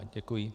Děkuji.